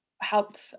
helped